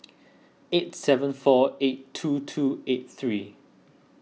eight seven four eight two two eight three